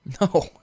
No